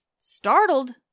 startled